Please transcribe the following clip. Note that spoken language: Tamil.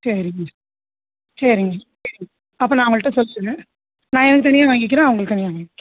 சரிங்க சரிங்க சரிங்க அப்போ நான் அவங்கள்ட்ட சொல்லிடுறேன் நான் எனக்கு தனியாக வாங்கிக்கிறேன் அவங்களுக்கு தனியாக வாங்க்கிறேன்